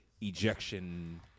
ejection